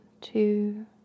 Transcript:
two